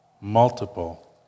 Multiple